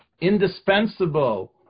indispensable